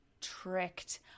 tricked